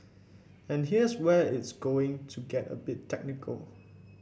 and here's where it's going to get a bit technical